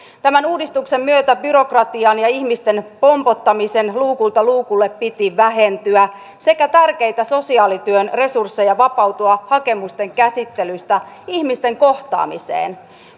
tämän uudistuksen myötä byrokratian ja ihmisten pompottamisen luukulta luukulle piti vähentyä sekä tärkeitä sosiaalityön resursseja vapautua hakemusten käsittelystä ihmisten kohtaamiseen